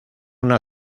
una